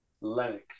Lennox